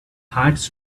hires